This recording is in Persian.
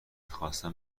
خواستم